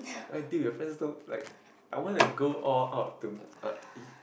like dude you friends don't like I wanna go all out to uh ee